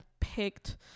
picked